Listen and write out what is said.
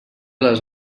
les